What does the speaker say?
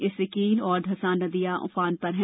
इससे केन और धसान नदियां उफान पर हैं